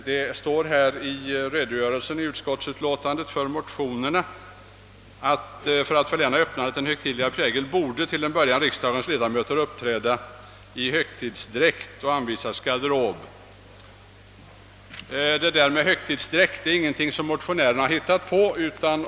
I utskottsutlåtandets redogörelse för motionerna sägs att »för att förläna öppnandet en högtidligare prägel borde till en början riksdagens ledamöter uppträda i högtidsdräkt och anvisas en garderob». Det där med högtidsdräkt är ingenting som motionärerna hittat på.